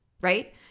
right